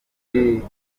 bucika